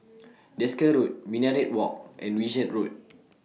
Desker Road Minaret Walk and Wishart Road